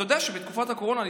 אתה יודע שבתקופת הקורונה,